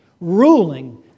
ruling